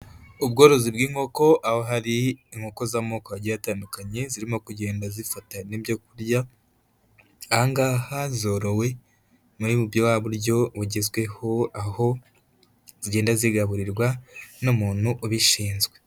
Ubworozi bw'inkoko, aho hari inkoko z'amoko agiye atandukanye zirimo kugenda zifata n'ibyo kurya, aha ngaha zorowe muri bwa buryo bugezweho aho zigenda zigaburirwa n'umuntu ubishinzwe.